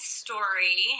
story